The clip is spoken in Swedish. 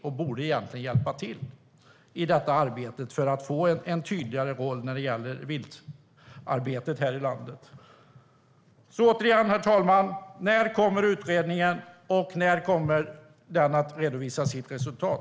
Han borde hjälpa till i arbetet med att få tydligare roller när det gäller viltarbetet här i landet. Återigen, herr talman: När kommer utredningen, och när kommer den att redovisa sitt resultat?